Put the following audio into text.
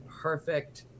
perfect